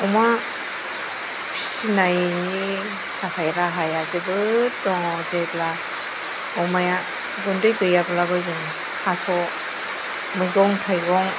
अमा फिसिनायनि थाखाय राहाया जोबोद दङ जेब्ला अमाया गुन्दै गैयाब्लाबो जों थास' मैगं थायगं